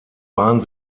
waren